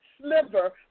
sliver